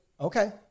okay